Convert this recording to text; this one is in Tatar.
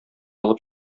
алып